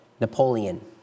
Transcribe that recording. Napoleon